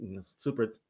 super